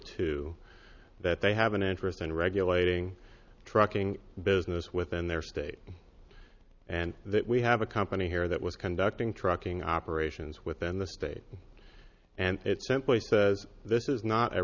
two that they have an interest in regulating trucking business within their state and that we have a company here that was conducting trucking operations within the state and it simply says this is not a